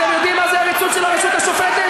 אתם יודעים מה זה עריצות של הרשות השופטת?